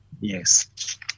Yes